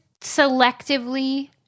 selectively